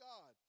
God